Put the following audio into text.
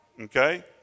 okay